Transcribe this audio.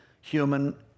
human